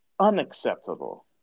unacceptable